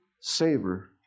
savor